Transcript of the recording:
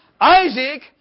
Isaac